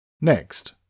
Next